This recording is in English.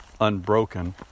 Unbroken